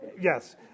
Yes